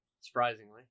Surprisingly